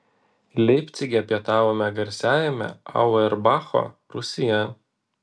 leipcige pietavome garsiajame auerbacho rūsyje